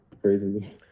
crazy